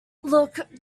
look